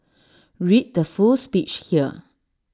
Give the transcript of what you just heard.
read the full speech here